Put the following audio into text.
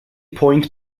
point